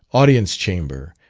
audience chamber,